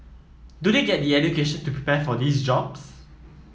do they get the education to prepare for these jobs